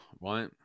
right